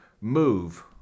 move